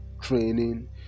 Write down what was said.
training